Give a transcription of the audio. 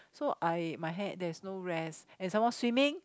so I my hand there's no rest and some more swimming